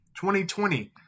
2020